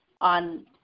on